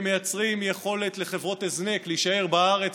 מייצרים יכולת לחברות הזנק להישאר בארץ